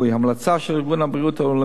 ההמלצה של ארגון הבריאות העולמי,